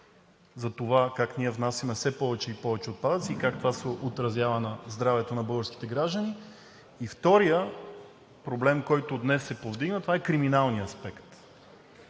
за това как внасяме все повече и повече отпадъци и как това се отразява на здравето на българските граждани; и вторият проблем, който днес се повдигна – това е криминалният аспект.